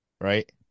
right